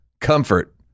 comfort